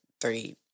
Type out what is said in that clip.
three